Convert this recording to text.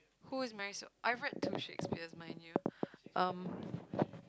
who is my soul I read two Shakespeare mind you um